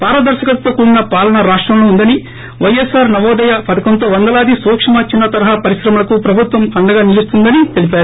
పారదర్పకతతో కూడిన పాలన రాష్టంలో ఉందని పైఎస్పార్ నవోదయ పథకంతో వందలాది సూక్క చిన్స తరహా పరిశ్రమలకు ప్రభుత్వం అండగా నిలున్తోందని తెలిపారు